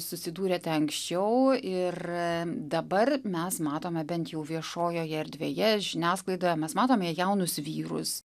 susidūrėte anksčiau ir dabar mes matome bent jau viešojoje erdvėje žiniasklaidoje mes matome jaunus vyrus